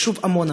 היישוב עמונה,